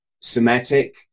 Semitic